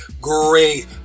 great